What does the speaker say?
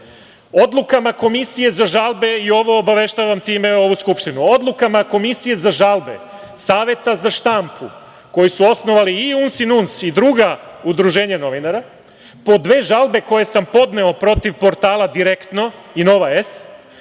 Odlukama Komisije za žalbe, i ovo obaveštavam time i ovu Skupštine, odlukama Komisije za žalbe Saveta za štampu, koji su osnovali i UNS i NUNS i druga udruženja novinara, po dve žalbe koje sam podneo protiv portala „Direktno“ i „Nova S“,